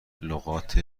لغات